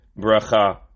bracha